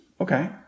Okay